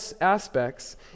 aspects